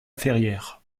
ferrière